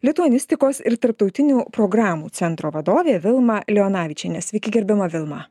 lituanistikos ir tarptautinių programų centro vadovė vilma leonavičienė sveiki gerbiama vilma